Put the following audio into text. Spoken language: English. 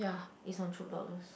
is on Chope dollars